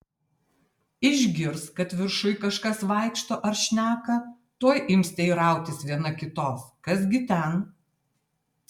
išgirs kad viršuj kažkas vaikšto ar šneka tuoj ims teirautis viena kitos kas gi ten